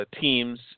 teams